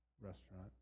restaurant